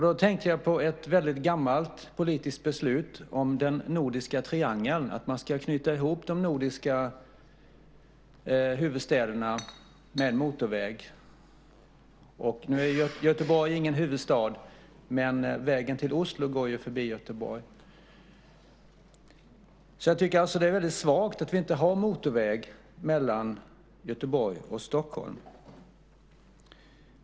Då tänkte jag på ett väldigt gammalt politiskt beslut om den nordiska triangeln, att man skulle knyta ihop de nordiska huvudstäderna med motorväg. Göteborg är visserligen ingen huvudstad, men vägen till Oslo går ju förbi där. Jag tycker alltså att det är väldigt svagt att vi inte har motorväg mellan Göteborg och Stockholm.